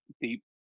deep